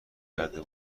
کرده